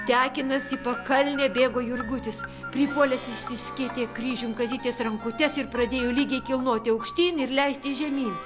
tekinas į pakalnę bėgo jurgutis pripuolęs išsiskėtė kryžium kazytės rankutes ir pradėjo lygiai kilnoti aukštyn ir leisti žemyn